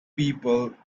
people